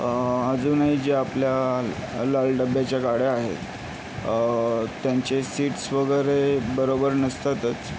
अजूनही जी आपल्या लाल डब्याच्या गाड्या आहेत त्यांचे सीटस् वगैरे बरोबर नसतातच